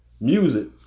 music